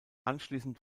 anschließend